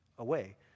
away